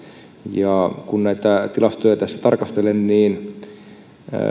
ja kun näitä tilastoja tässä tarkastelen niin